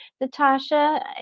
Natasha